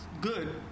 good